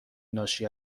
ناشی